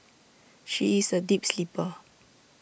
she is A deep sleeper